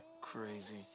crazy